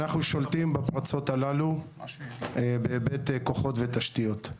אנחנו שולטים בפרצות הללו בהיבט כוחות ותשתיות.